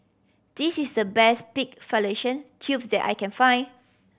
this is the best pig fallopian tubes that I can find